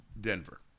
Denver